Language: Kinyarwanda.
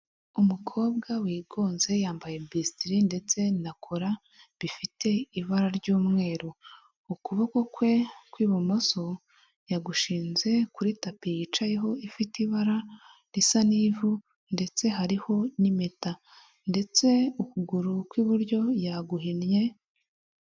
Umukobwa wigonze yambaye bisitiri ndetse na kora bifite ibara ry'umweru ukuboko kwe kw'ibumoso yagushinze kuri tapi yicayeho ifite ibara risa n'ivu ndetse hariho n'impeta, ndetse ukuguru kw'iburyo yaguhinnye.